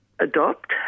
adopt